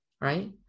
right